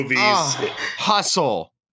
Hustle